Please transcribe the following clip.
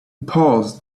paused